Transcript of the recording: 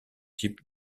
type